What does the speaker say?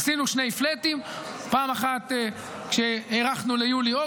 עשינו שני פלאטים: פעם אחת כשהארכנו ליולי-אוגוסט,